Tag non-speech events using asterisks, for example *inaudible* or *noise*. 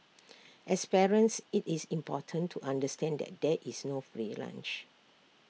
*noise* as parents IT is important to understand that there is no free lunch